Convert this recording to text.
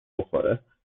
بخوره